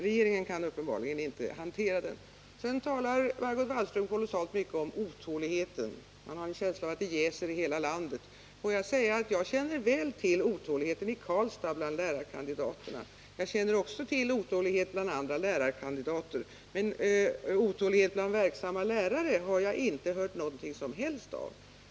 Regeringen kan uppenbarligen inte hantera denna fråga, enligt Margot Wallström. Sedan talar Margot Wallström kolossalt mycket om otåligheten — man har en känsla av att det jäser i hela landet. Får jag säga att jag känner väl till otåligheten i Karlstad bland lärarkandidaterna. Jag känner också till otålighet bland andra lärarkandidater. Otålighet bland verksamma lärare har jag emellertid inte hört någonting alls om.